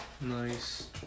Nice